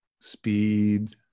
speed